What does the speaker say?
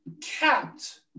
capped